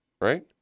Right